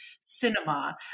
cinema